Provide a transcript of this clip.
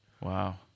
wow